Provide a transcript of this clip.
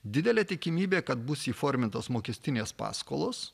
didelė tikimybė kad bus įformintos mokestinės paskolos